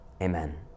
Amen